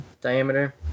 diameter